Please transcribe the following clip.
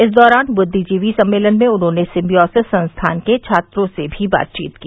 इस दौरान बुद्विजीवि सम्मेलन में उन्होंने सिम्बोयसिस संस्थान के छात्रों से भी बातचीत की